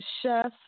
chef